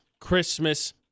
Christmas